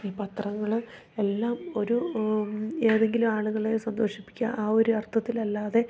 ഈ പത്രങ്ങൾ എല്ലാം ഒരു ഏതെങ്കിലും ആളുകളെ സന്തോഷിപ്പിക്കുക ആ ഒരു അർത്ഥത്തിലല്ലാതെ